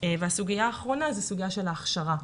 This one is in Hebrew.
הסוגיה האחרונה היא סוגיית ההכשרה.